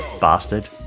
bastard